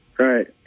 right